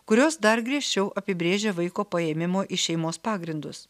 kurios dar griežčiau apibrėžia vaiko paėmimo iš šeimos pagrindus